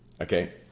Okay